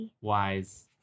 wise